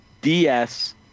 DS